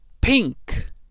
Pink